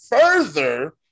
further